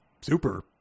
super